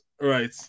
Right